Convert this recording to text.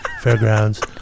fairgrounds